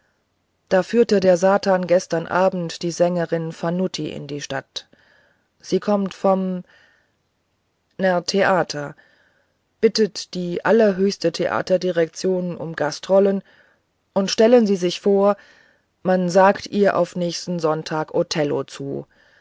da führt der satan gestern abend die sängerin fanutti in die stadt sie kommt vom ner theater bittet die allerhöchste theaterdirektion um gastrollen und stellen sie sich vor man sagt ihr auf nächsten sonntag othello zu